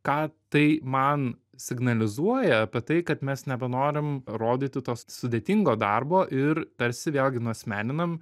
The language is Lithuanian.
ką tai man signalizuoja apie tai kad mes nebenorim rodyti to sudėtingo darbo ir tarsi vėlgi nuasmeninam